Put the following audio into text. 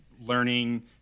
learning